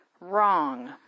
wrong